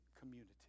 community